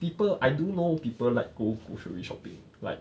people I do know people like go go grocery shopping like